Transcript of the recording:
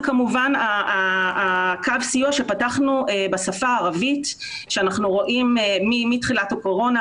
זה כמובן קו הסיוע שפתחנו בשפה הערבית שאנחנו רואים מתחילת הקורונה,